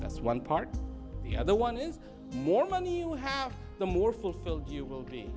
that's one part the other one is more money you have the more fulfilled you will be